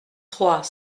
trois